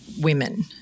women